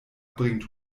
bringt